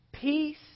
peace